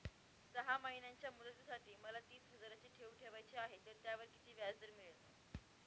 सहा महिन्यांच्या मुदतीसाठी मला तीस हजाराची ठेव ठेवायची आहे, तर त्यावर किती व्याजदर मिळेल?